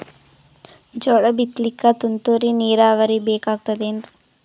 ಜೋಳ ಬಿತಲಿಕ ತುಂತುರ ನೀರಾವರಿ ಬೇಕಾಗತದ ಏನ್ರೀ?